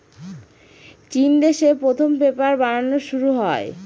চিন দেশে প্রথম পেপার বানানো শুরু হয়